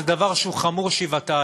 זה דבר שהוא חמור שבעתיים.